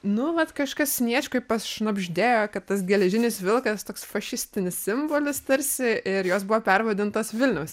nu vat kažkas sniečkui pašnabždėjo kad tas geležinis vilkas toks fašistinis simbolis tarsi ir jos buvo pervadintos vilniaus